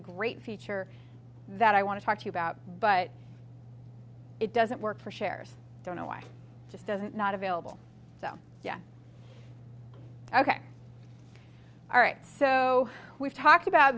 a great feature that i want to talk to you about but it doesn't work for shares don't know why just doesn't not available so yeah ok all right so we've talked about